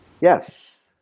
Yes